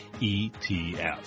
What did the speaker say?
etf